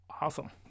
awesome